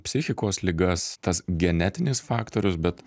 psichikos ligas tas genetinis faktorius bet